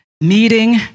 meeting